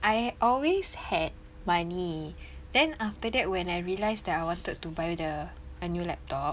I had always had money then after that when I realised that I wanted to buy the a new laptop